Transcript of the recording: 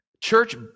Church